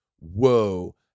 whoa